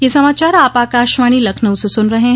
ब्रे क यह समाचार आप आकाशवाणी लखनऊ से सुन रहे हैं